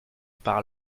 par